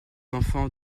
enfants